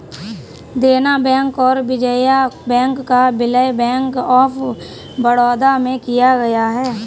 देना बैंक और विजया बैंक का विलय बैंक ऑफ बड़ौदा में किया गया है